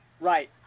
Right